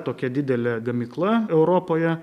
tokia didelė gamykla europoje